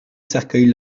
cercueil